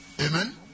amen